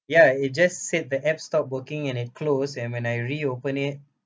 ya it just said the app stoped working and it close and when I reopen it